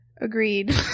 Agreed